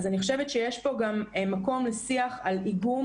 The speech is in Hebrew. אז אני חושבת שיש פה גם מקום לשיח על איגום